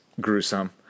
gruesome